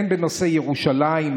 הן בנושא ירושלים,